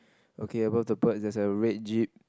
okay right above there's a red jeep